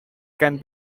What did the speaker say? can